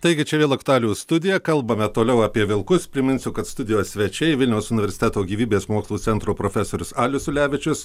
taigi čia vėl aktualijų studija kalbame toliau apie vilkus priminsiu kad studijos svečiai vilniaus universiteto gyvybės mokslų centro profesorius alius ulevičius